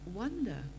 wonder